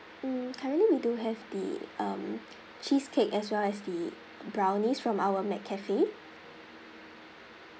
mm currently we do have the um cheesecake as well as the brownies from our mccafé